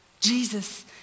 Jesus